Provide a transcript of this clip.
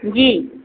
जी